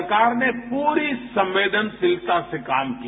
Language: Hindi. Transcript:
सरकार ने पूरी संवेदनशीलता से काम किया